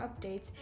updates